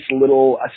little